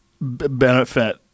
benefit